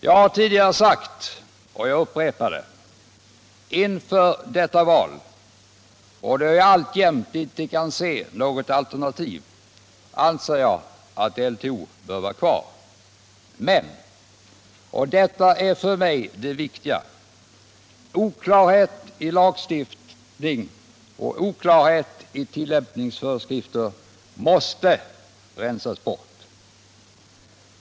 Jag har tidigare sagt och jag upprepar det: Inför detta val — och jag kan alltjämt inte se något alternativ — anser jag att LTO bör vara kvar. Men -— och detta är för mig det viktiga — oklarheter i lagstiftning och i tillämpningsföreskrifter måste rensas bort.